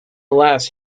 last